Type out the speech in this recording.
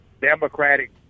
Democratic